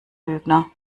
lügner